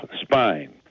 spine